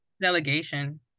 delegation